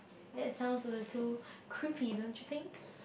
that sounds a little creepy don't you think